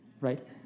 right